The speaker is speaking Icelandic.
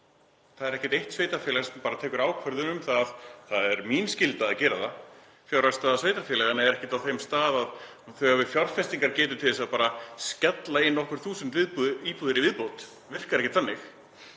Það er ekkert eitt sveitarfélag sem bara tekur ákvörðun um það: Það er mín skylda að gera það. Fjárhagsstaða sveitarfélaganna er ekki á þeim stað að þau hafi fjárfestingargetu til þess bara að skella í nokkur þúsund íbúðir í viðbót. Það virkar ekki þannig.